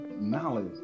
knowledge